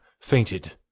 fainted